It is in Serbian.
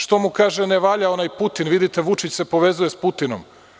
Što mu kaže - ne valja onaj Putin, vidite, Vučić se povezuje s Putinom?